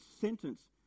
sentence